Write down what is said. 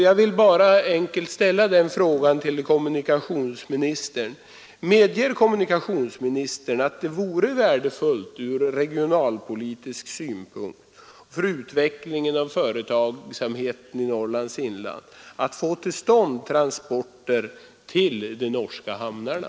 Jag vill här ställa den frågan till kommunikationsministern: Medger kommunikationsministern att det från regionalpolitisk synpunkt för utvecklingen av företagsamheten i Norrlands inland vore värdefullt att få till stånd transporter till de norska hamnarna?